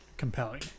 compelling